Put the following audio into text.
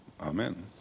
Amen